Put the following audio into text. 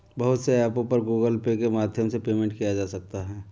बहुत से ऐपों पर गूगल पे के माध्यम से पेमेंट किया जा सकता है